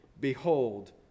Behold